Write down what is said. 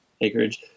acreage